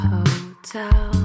Hotel